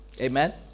Amen